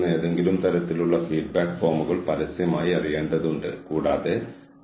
ദൃശ്യപരതയും നയങ്ങൾ മനസ്സിലാക്കുന്നതിനുള്ള എളുപ്പവും